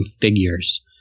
figures